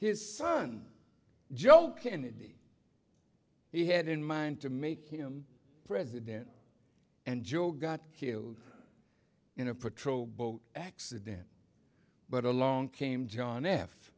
his son joe kennedy he had in mind to make him president and joe got killed in a patrol boat accident but along came john f